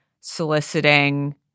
soliciting